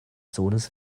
sohnes